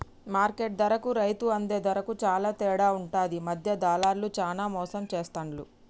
market ధరకు రైతు అందే ధరకు చాల తేడా ఉంటది మధ్య దళార్లు చానా మోసం చేస్తాండ్లు